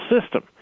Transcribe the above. system